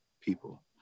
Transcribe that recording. people